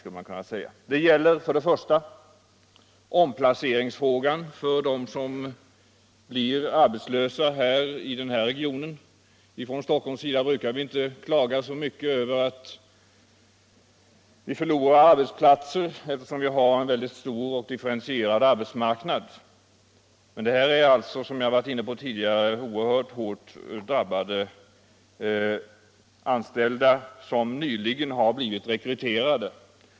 För det första gäller det omplaceringsfrågan för dem som blir arbetslösa i den här regionen. Från Stockholms sida brukar vi inte klaga så mycket över att vi förlorar arbetsplatser eftersom vi har en stor och differentierad arbetsmarknad. Men detta är alltså, som jag har varit inne på tidigare, oerhört hårt drabbade anställda som nyligen har blivit rekryterade.